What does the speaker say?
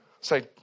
Say